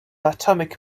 atomic